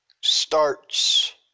starts